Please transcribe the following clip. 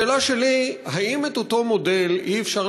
השאלה שלי: האם את אותו מודל אי-אפשר